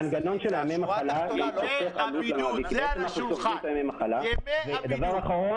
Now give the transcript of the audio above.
המנגנון של ימי המחלה חוסך עלות למעבידים --- ודבר אחרון,